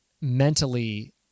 mentally